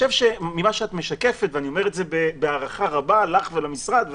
ממה שאת משקפת ואני אומר את זה בהערכה רבה לך ולמשרד,